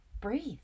breathe